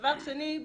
דבר שני,